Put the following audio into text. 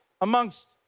amongst